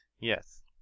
yes